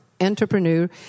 entrepreneur